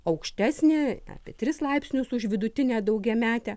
aukštesnė apie tris laipsnius už vidutinę daugiametę